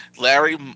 Larry